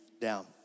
down